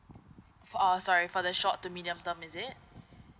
for sorry for the short to medium term is it